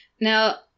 Now